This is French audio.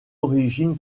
origine